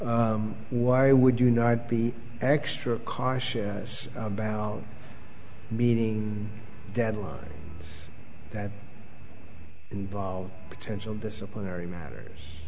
or why would you know i'd be extra cautious about meeting deadlines that involve potential disciplinary matters